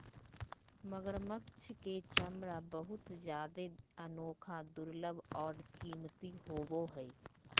मगरमच्छ के चमरा बहुत जादे अनोखा, दुर्लभ और कीमती होबो हइ